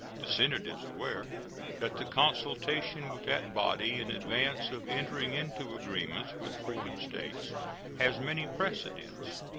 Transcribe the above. the senate is aware that the consultation with that body in advance of entering into agreements with foreign states has many precedents.